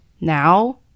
Now